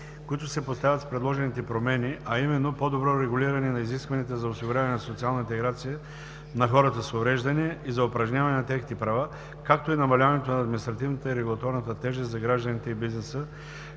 които се поставят с предложените промени, а именно: по-добро регулиране на изискванията за осигуряване на социална интеграция на хората с увреждания и за упражняване на техните права, както и намаляването на административната и регулаторната тежест за гражданите и бизнеса